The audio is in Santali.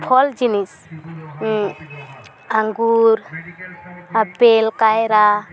ᱯᱷᱚᱞ ᱡᱤᱱᱤᱥ ᱟᱸᱜᱩᱨ ᱟᱯᱮᱞ ᱠᱟᱭᱨᱟ